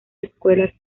escuelas